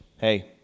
Hey